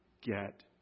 get